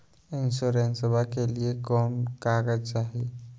इंसोरेंसबा के लिए कौन कागज चाही?